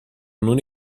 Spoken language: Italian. non